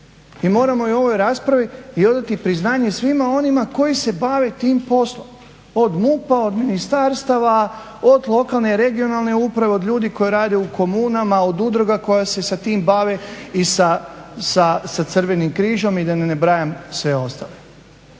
I moramo i u ovoj raspravi i odati priznanje svima onima koji se bave tim poslom. Od MUP-a, od ministarstava, od lokalne i regionalne uprave, od ljudi koji rade u komunama, od udruga koje se sa tim bave i sa Crvenim križem i da ne nabrajam sve ostale.